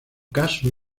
caso